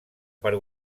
per